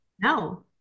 No